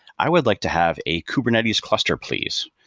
i would like to have a kubernetes cluster please.